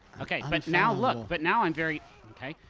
okay, but now look! but now i'm very okay.